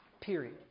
period